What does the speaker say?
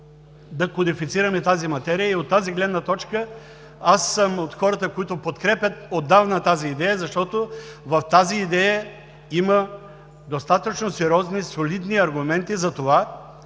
да кодифицираме тази материя. И от тази гледна точка, аз съм от хората, които подкрепят отдавна тази идея, защото в тази идея има достатъчно сериозни, солидни аргументи за това